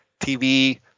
TV